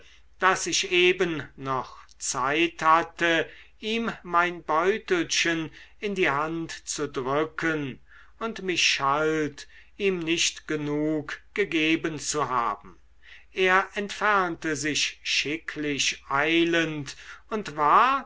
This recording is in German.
daß ich eben noch zeit hatte ihm mein beutelchen in die hand zu drücken und mich schalt ihm nicht genug gegeben zu haben er entfernte sich schicklich eilend und war